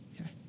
Okay